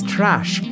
Trash